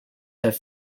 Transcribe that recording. have